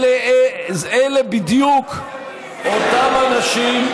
אלה בדיוק אותם אנשים,